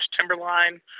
Timberline